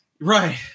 right